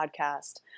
podcast